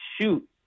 shoot